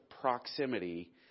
proximity